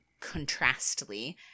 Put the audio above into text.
contrastly